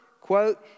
Quote